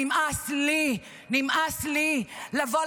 נמאס לי,